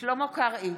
שלמה קרעי,